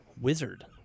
Wizard